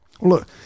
Look